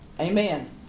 Amen